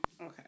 Okay